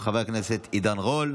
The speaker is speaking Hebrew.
של חבר הכנסת עידן רול.